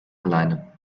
alleine